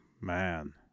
Man